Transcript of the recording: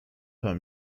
per